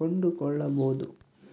ಕೊಂಡುಕೊಳ್ಳಬೊದು